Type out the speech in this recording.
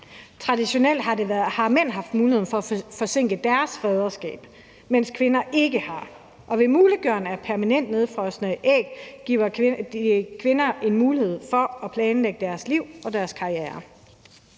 Traditionelt har mænd haft muligheden for at forsinke deres faderskab, mens kvinder ikke har, og muliggørelsen af permanent nedfrosne æg giver kvinder en mulighed for at planlægge deres liv og deres